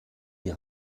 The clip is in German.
die